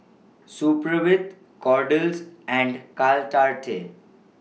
Supravit Kordel's and Caltrate